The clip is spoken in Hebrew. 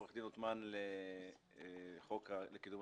החוק הזה לא בא לפתור את זה.